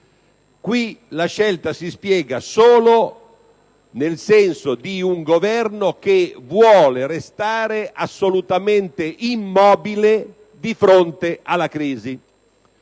La scelta si spiega solo nel senso di un Governo che vuole restare assolutamente immobile di fronte alla crisi.